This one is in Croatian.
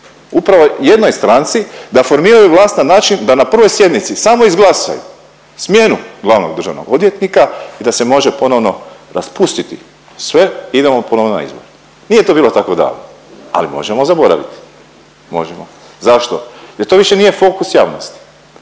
upravo jednoj stranci da formiraju vlast na način da na prvoj sjednici samo izglasaju smjenu glavnog državnog odvjetnika i da se može ponovno raspustiti sve i idemo ponovno na izbore. Nije to bilo tako davno, ali možemo zaboraviti, možemo. Zašto? Jer to više nije fokus javnosti,